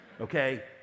Okay